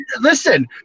Listen